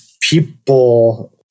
people